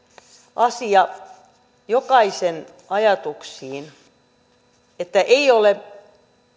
asia jokaisen ajatuksiin että ei ole